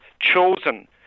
chosen